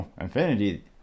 Infinity